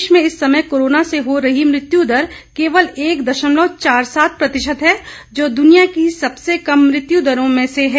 देश में इस समय कोरोना से हो रही मृत्यु दर केवल एक दशमलव चार सात प्रतिशत है जो दुनिया की सबसे कम मृत्यु दरों में से है